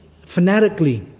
fanatically